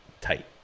tight